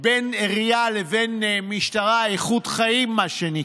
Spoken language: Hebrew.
בין עירייה לבין משטרה, איכות חיים, מה שנקרא.